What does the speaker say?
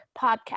podcast